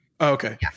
Okay